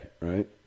right